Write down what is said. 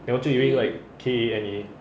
then 我就以为 kane